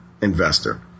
investor